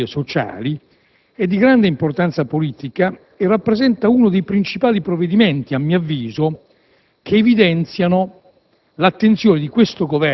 per particolari categorie sociali», è di grande importanza politica e rappresenta uno dei principali provvedimenti, a mio avviso, che evidenziano